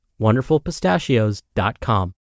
wonderfulpistachios.com